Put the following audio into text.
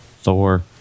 Thor